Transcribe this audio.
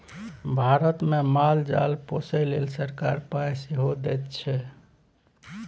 भारतमे माल जाल पोसय लेल सरकार पाय सेहो दैत छै